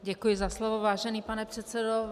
Děkuji za slovo, vážený pane předsedo.